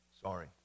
Sorry